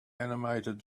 animated